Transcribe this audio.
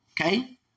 okay